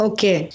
Okay